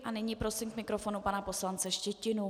A nyní prosím k mikrofonu pana poslance Štětinu.